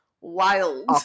wild